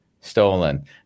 stolen